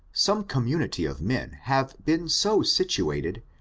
some community of men have been so situated,